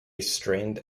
strained